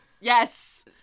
Yes